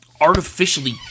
artificially